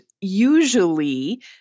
usually